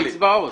אמרת אצבעות.